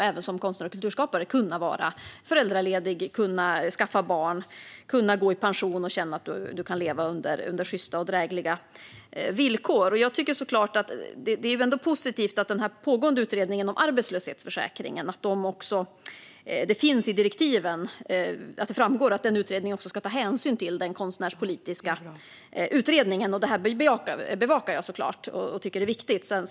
Även som konstnär och kulturskapare ska man naturligtvis kunna skaffa barn, vara föräldraledig och kunna gå i pension och känna att man kan leva under sjysta och drägliga villkor. Det är ändå positivt att det i direktiven till den pågående utredningen om arbetslöshetsförsäkringen framgår att den också ska ta hänsyn till den konstnärspolitiska utredningen. Detta bevakar jag såklart, och jag tycker att det är viktigt.